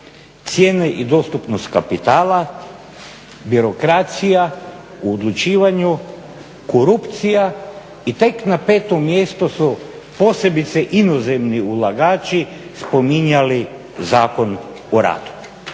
cijene i dostupnost kapitala, birokracija u odlučivanju, korupcija i tek na petom mjestu su posebice inozemni ulagači spominjali Zakon o radu.